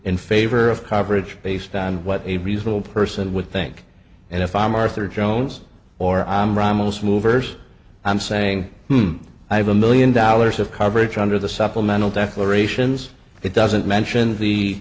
in favor of coverage based on what a reasonable person would think and if i'm arthur jones or i'm ramos mover's i'm saying i have a million dollars of coverage under the supplemental declarations it doesn't mention the